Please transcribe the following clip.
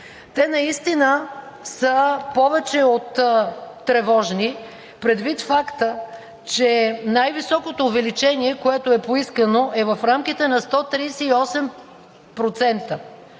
Те наистина са повече от тревожни, предвид факта, че най високото увеличение, което е поискано, е в рамките на 138,12%